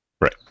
Right